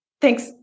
Thanks